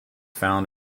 found